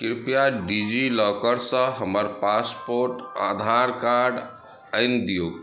कृपया डिजिलॉकरसँ हमर पासपोर्ट आधारकार्ड आनि दियौक